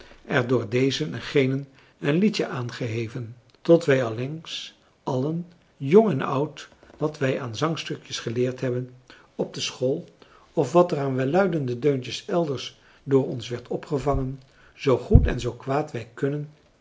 er door dezen en genen een liedje aangeheven tot wij allengs allen jong en oud wat wij aan zangstukjes geleerd hebben op de school of wat er aan welluidende deuntjes elders door ons werd opgevangen zoo goed en zoo kwaad wij kunnen